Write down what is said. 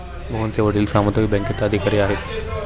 मोहनचे वडील सामुदायिक बँकेत अधिकारी आहेत